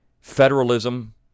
federalism